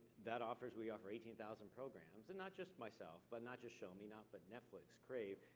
that offers, we offer eighteen thousand programs, and not just myself, but not just shomi, not but netflix, crave,